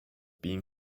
being